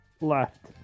left